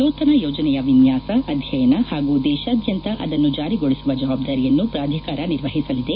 ನೂತನ ಯೋಜನೆಯ ವಿನ್ಯಾಸ ಅಧ್ಯಯನ ಹಾಗೂ ದೇಶಾದ್ಯಂತ ಅದನ್ನು ಜಾರಿಗೊಳಿಸುವ ಜವಾಬ್ದಾರಿಯನ್ನು ಪ್ರಾಧಿಕಾರ ನಿರ್ವಹಿಸಲಿದೆ